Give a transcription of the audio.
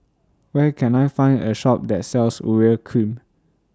Where Can I Find A Shop that sells Urea Cream